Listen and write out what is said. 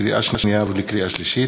לקריאה שנייה ולקריאה שלישית: